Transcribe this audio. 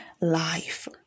life